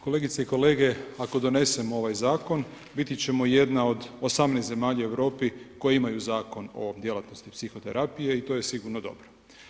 Kolegice i kolege, ako donesemo ovaj zakon, biti ćemo jedna od 18 zemalja u Europi koje imaju zakon o djelatnosti psihoterapije i to je sigurno dobro.